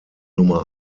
nummer